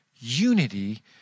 unity